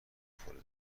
میخوره